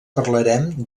parlarem